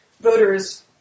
voters